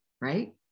right